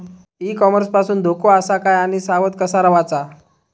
E commerce पासून धोको आसा काय आणि सावध कसा रवाचा?